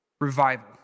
revival